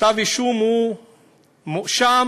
בכתב-האישום הוא מואשם